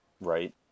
right